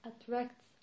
attracts